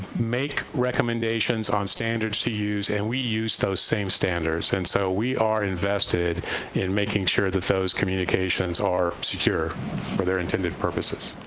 make recommendations on standards to use, and we use those same standards, and so we are invested in making sure that those communications are secure for their intended purposes.